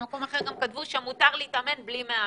במקום אחר הם כתבו שמותר להתאמן בלי מאמן.